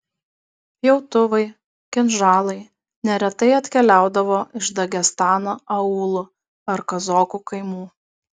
pjautuvai kinžalai neretai atkeliaudavo iš dagestano aūlų ar kazokų kaimų